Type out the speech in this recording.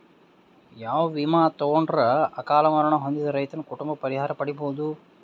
ಯಾವ ವಿಮಾ ತೊಗೊಂಡರ ಅಕಾಲ ಮರಣ ಹೊಂದಿದ ರೈತನ ಕುಟುಂಬ ಪರಿಹಾರ ಪಡಿಬಹುದು?